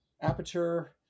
Aperture